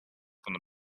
from